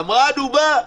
אמרה הדובה,